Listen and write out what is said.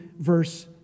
verse